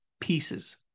pieces